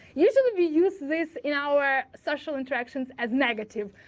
usually we use this in our social interactions as negative.